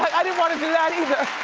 i didn't wanna do that either.